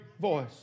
voice